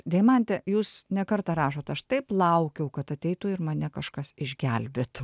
deimante jūs ne kartą rašot aš taip laukiau kad ateitų ir mane kažkas išgelbėtų